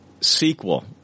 sequel